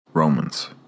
Romans